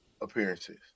appearances